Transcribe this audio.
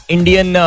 Indian